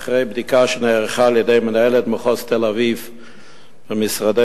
אחרי בדיקה שנערכה על-ידי מנהלת מחוז תל-אביב במשרדנו,